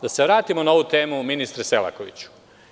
Da se vratimo na ovu temu, ministre Selakoviću.